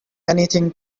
anything